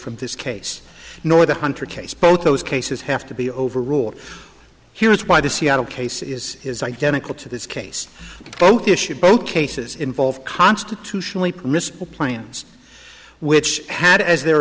from this case nor the hunter case both those cases have to be overruled here's why the seattle case is is identical to this case both issue both cases involve constitutionally permissible plans which had as their